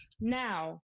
Now